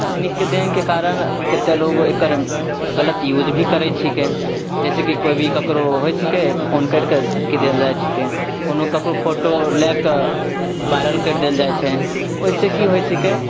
तकनीकके देन के कारण केतेक लोग एकर गलत यूज भी करै छिकै जैसेकी कोइ भी ककरो होइ छिकै फोन कैरिके धमकी देल जाइ छिकै कोनो ककरो फोटो लए कऽ भाइरल कैरि देल जाइ छै ओहिसे की होइ छिकै